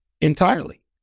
entirely